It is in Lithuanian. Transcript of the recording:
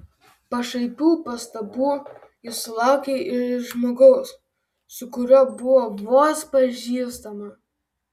pašaipių pastabų ji sulaukė iš žmogaus su kuriuo buvo vos pažįstama